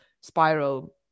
spiral